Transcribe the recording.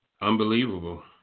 Unbelievable